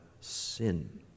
sin